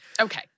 Okay